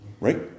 right